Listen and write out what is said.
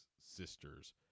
sisters